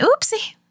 oopsie